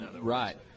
right